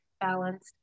balanced